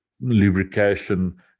lubrication